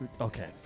Okay